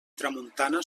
tramuntana